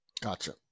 Gotcha